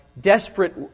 desperate